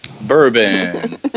Bourbon